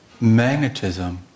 magnetism